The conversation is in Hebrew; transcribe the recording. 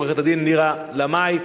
עורכת-הדין נירה לאמעי,